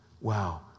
Wow